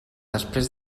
després